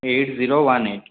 eight zero one eight